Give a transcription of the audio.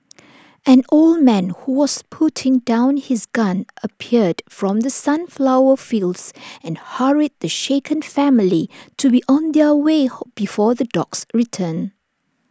an old man who was putting down his gun appeared from the sunflower fields and hurried the shaken family to be on their way before the dogs return